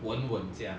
稳稳这样